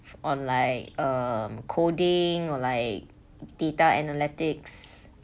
or like um coding or like data analytics